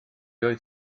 oedd